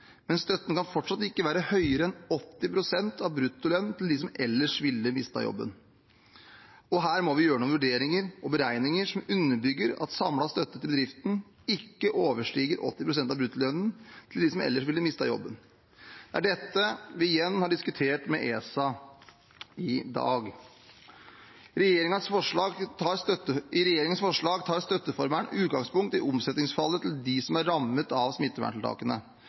men støtten kan fortsatt ikke være høyere enn 80 pst. av bruttolønnen til dem som ellers ville mistet jobben. Her må vi gjøre noen vurderinger og beregninger som underbygger at samlet støtte til bedriften ikke overstiger 80 pst. av bruttolønnen til dem som ellers ville mistet jobben. Det er dette vi igjen har diskutert med ESA i dag. I regjeringens forslag tar støtteformelen utgangspunkt i omsetningsfallet til dem som er rammet av smitteverntiltakene.